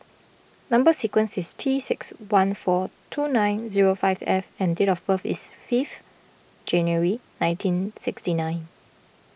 Number Sequence is T six one four two nine zero five F and date of birth is fifth January nineteen sixty nine